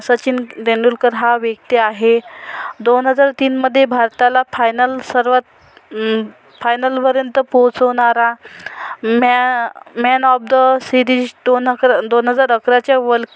सचिन तेंडुलकर हा व्यक्ती आहे दोन हजार तीनमध्ये भारताला फायनल सर्वात फायनलपर्यंत पोहोचवणारा मॅ मॅन ऑफ द सीरीज दोन अकरा दोन हजार अकरा च्या वर्ल्ड